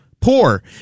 poor